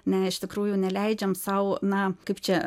ne iš tikrųjų neleidžiam sau na kaip čia